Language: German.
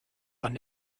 von